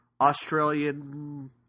Australian